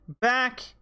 back